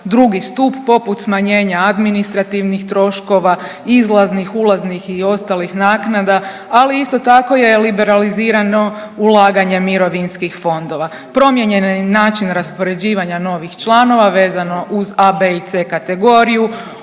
2. stup, poput smanjenja administrativnih troškova, izlaznih, ulaznih i ostalih naknada, ali isto tako je liberalizirano ulaganje mirovinskih fondova. Promijenjen je način raspoređivanja novih članova, vezano uz a, b i c kategoriju,